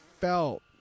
felt